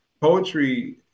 poetry